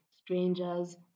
strangers